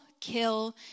kill